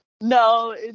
No